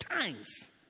times